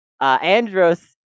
Andros